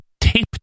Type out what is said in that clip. tape